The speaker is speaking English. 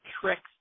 tricks